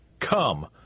Come